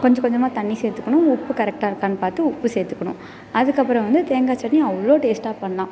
கொஞ்சம் கொஞ்சமாக தண்ணி சேர்த்துக்கணும் உப்பு கரெக்டாக இருக்கான்னு பார்த்து உப்பு சேர்த்துக்கணும் அதுக்கப்புறம் வந்து தேங்காய் சட்னி அவ்வளோ டேஸ்ட்டாக பண்ணலாம்